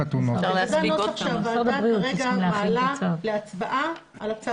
האלה על חשבון ההגנה על בריאות הציבור,